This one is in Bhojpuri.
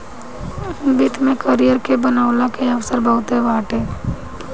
वित्त में करियर के बनवला के अवसर बहुते बाटे